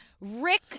Rick